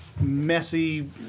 messy